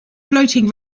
floating